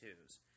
twos